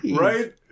Right